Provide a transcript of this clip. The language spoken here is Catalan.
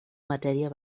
matèria